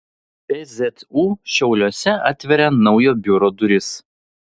pzu šiauliuose atveria naujo biuro duris